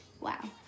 Wow